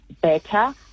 better